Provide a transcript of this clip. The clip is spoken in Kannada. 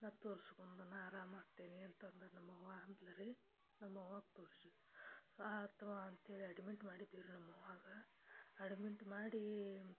ನಾ ತೋರ್ಸ್ಕೊಂಡು ನಾ ಆರಾಮು ಆಗ್ತೇನಿ ಅಂತಂದು ನಮ್ಮವ್ವ ಅಂದ್ಲು ರೀ ನಮ್ಮ ಅವ್ವಾಗ ತೋರ್ಸು ಆತು ಅಂತ್ಹೇಳಿ ಅಡ್ಮಿಂಟ್ ಮಾಡಿದ್ದೇವೆ ರೀ ನಮ್ಮ ಅವ್ವಾಗ ಅಡ್ಮಿಂಟ್ ಮಾಡಿ